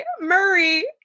Murray